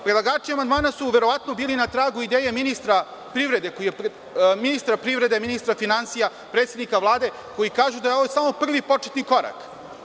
Predlagači amandmana su verovatno bili na pragu ideje ministra privrede, ministra finansija, predsednika Vlade, koji kažu da je ovo samo prvi, početni korak.